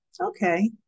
okay